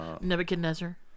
Nebuchadnezzar